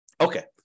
Okay